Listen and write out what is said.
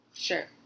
Sure